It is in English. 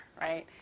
right